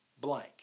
blank